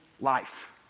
life